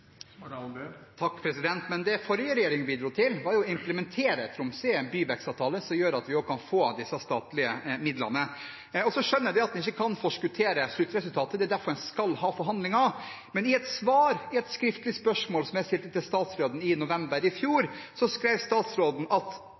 Men det den forrige regjeringen bidro til, var å implementere Tromsø i en byvekstavtale, som gjør at vi kan få disse statlige midlene. Jeg skjønner at en ikke kan forskuttere sluttresultatet – det er derfor en skal ha forhandlinger – men i et svar på et skriftlig spørsmål jeg stilte til statsråden i november i fjor, skrev statsråden at